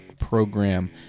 Program